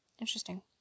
interesting